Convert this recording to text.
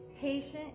Patient